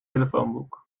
telefoonboek